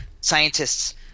scientists